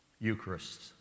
Eucharist